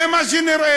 זה מה שנראה.